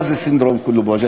מה זה סינדרום "כלה בווג'ע"?